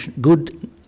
good